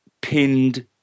pinned